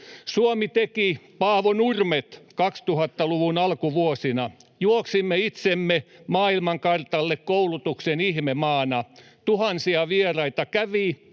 Suomi teki paavonurmet 2000-luvun alkuvuosina: juoksimme itsemme maailmankartalle koulutuksen ihmemaana. Tuhansia vieraita kävi